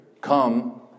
come